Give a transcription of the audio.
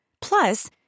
Plus